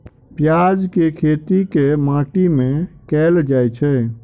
प्याज केँ खेती केँ माटि मे कैल जाएँ छैय?